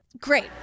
great